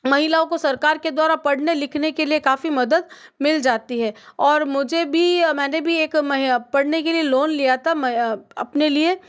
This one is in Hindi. महिलाओं को सरकार के द्वारा पढ़ने लिखने के लिए काफ़ी मदद मिल जाती है और मुझे भी मैंने भी एक पढ़ने के लिए लोन लिया था मैं अपने लिए